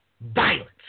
Violence